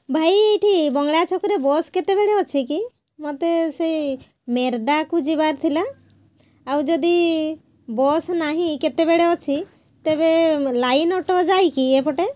ଭାଇ ଏଇଠି ବଙ୍ଗଳା ଛକରେ ବସ୍ କେତେବେଳେ ଅଛି କି ମୋତେ ସେଇ ମେର୍ଦ୍ଦାକୁ ଯିବାର ଥିଲା ଆଉ ଯଦି ବସ୍ ନାହିଁ କେତେବେଳେ ଅଛି ତେବେ ଲାଇନ୍ ଅଟୋ ଯାଇକି ଏପଟେ